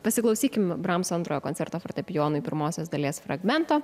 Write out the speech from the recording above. pasiklausykim bramso antrojo koncerto fortepijonui pirmosios dalies fragmento